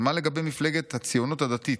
אבל מה לגבי מפלגת 'הציונות הדתית'?"